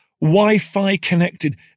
Wi-Fi-connected